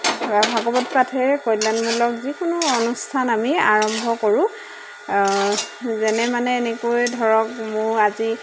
ভাগৱত পাঠেৰে কল্যাণমূলক যিকোনো অনুষ্ঠান আমি আৰম্ভ কৰোঁ যেনে মানে এনেকৈ ধৰক মোৰ আজি